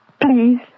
Please